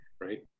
right